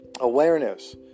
awareness